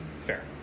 Fair